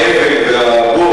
עם האבן והבור,